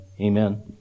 Amen